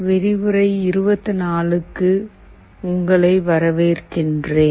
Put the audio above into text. விரிவுரை 24 க்கு உங்களை வரவேற்கிறேன்